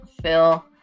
Phil